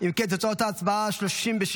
אם כן, תוצאות ההצבעה: בעד,